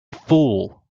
fool